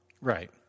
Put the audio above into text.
Right